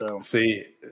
See